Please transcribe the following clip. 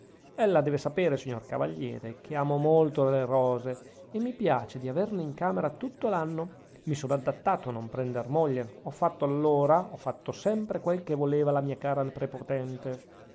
porcellana ella deve sapere signor cavaliere che amo molto le rose e mi piace di averne in camera tutto l'anno mi sono adattato a non prender moglie ho fatto allora ho fatto sempre quel che voleva la mia cara prepotente